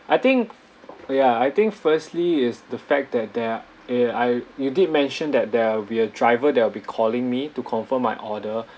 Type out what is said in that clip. I think ya I think firstly is the fact that there're yeah I you did mention that there're will be a driver that'll be calling me to confirm my order